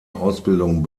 ausbildung